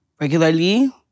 regularly